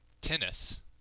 tennis